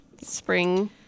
Spring